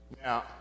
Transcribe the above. Now